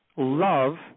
love